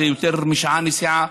זה יותר משעה נסיעה.